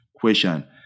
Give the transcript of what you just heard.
question